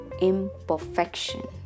imperfection